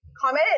comment